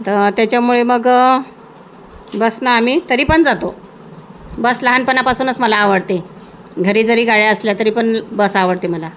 तर त्याच्यामुळे मग बसनं आम्ही तरी पण जातो बस लहानपणापासूनच मला आवडते घरी जरी गाड्या असल्या तरी पण बस आवडते मला